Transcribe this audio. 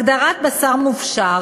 הגדרת בשר מופשר